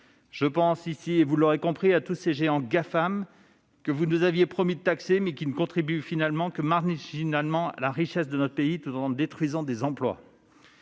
Il s'agit, vous l'aurez compris, des géants Gafam que vous aviez promis de taxer, mais qui ne contribuent finalement que marginalement à la richesse de notre pays, tout en détruisant des emplois.